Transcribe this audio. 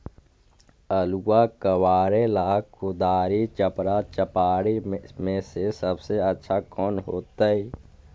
आलुआ कबारेला कुदारी, चपरा, चपारी में से सबसे अच्छा कौन होतई?